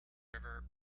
river